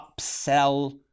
upsell